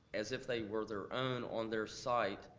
as if they were their own on their site,